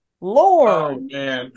Lord